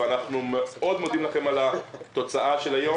ואנחנו מאוד מודים לכם על התוצאה של היום,